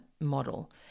model